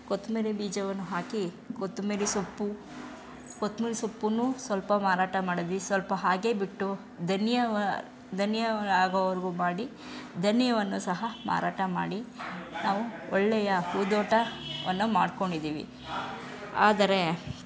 ಕೊತ್ತಂಬರಿ ಬೀಜವನ್ನು ಹಾಕಿ ಕೊತ್ತಂಬರಿ ಸೊಪ್ಪು ಕೊತ್ತಂಬರಿ ಸೊಪ್ಪನ್ನು ಸ್ವಲ್ಪ ಮಾರಾಟ ಮಾಡಿದ್ವಿ ಸ್ವಲ್ಪ ಹಾಗೇ ಬಿಟ್ಟು ಧನಿಯ ಧನಿಯ ಆಗೋವರೆಗೂ ಮಾಡಿ ಧನಿಯವನ್ನು ಸಹ ಮಾರಾಟ ಮಾಡಿ ನಾವು ಒಳ್ಳೆಯ ಹೂದೋಟವನ್ನು ಮಾಡ್ಕೊಂಡಿದ್ದೀವಿ ಆದರೆ